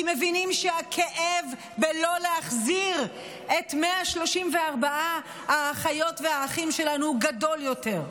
כי מבינים שהכאב בלא להחזיר את 134 האחיות והאחים שלנו גדול יותר.